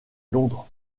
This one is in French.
londres